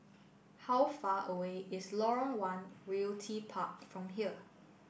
how far away is Lorong one Realty Park from here